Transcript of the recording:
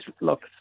look